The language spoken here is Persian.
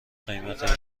قیمت